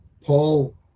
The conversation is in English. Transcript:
Paul